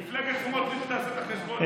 מפלגת סמוטריץ תעשה את החשבון שלה,